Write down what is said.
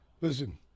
Listen